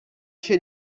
się